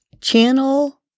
channel